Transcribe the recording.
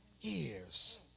years